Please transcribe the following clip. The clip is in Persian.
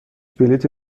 بلیطی